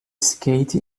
skate